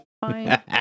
Fine